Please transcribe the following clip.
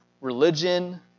religion